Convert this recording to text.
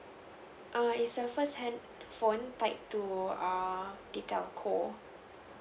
err it's a first handphone tight to err the telco